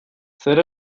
zer